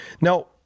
now